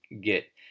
get